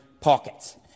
pockets